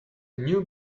new